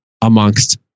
amongst